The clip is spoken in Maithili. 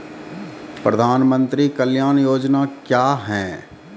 प्रधानमंत्री कल्याण योजना क्या हैं?